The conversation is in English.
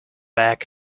back